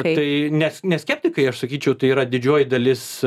tai ne ne skeptikai aš sakyčiau tai yra didžioji dalis